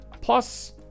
Plus